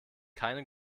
keine